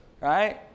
Right